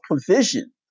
provision